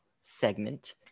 segment